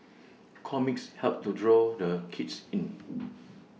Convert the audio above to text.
comics help to draw the kids in